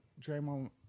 Draymond